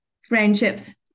Friendships